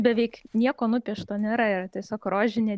beveik nieko nupiešto nėra yra tiesiog rožinė